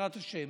בעזרת השם,